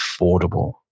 affordable